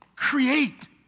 Create